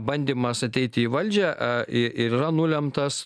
bandymas ateiti į valdžią yra nulemtas